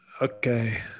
Okay